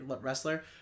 wrestler